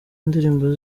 ndirimbo